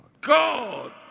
God